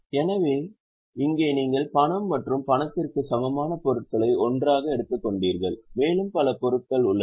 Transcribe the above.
எனவே இங்கே நீங்கள் பணம் மற்றும் பணத்திற்கு சமமான பொருட்களை ஒன்றாக எடுத்துக்கொண்டீர்கள் மேலும் பல பொருட்கள் உள்ளன